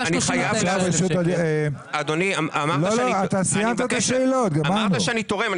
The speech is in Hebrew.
אדוני, אמרת שאני תורם.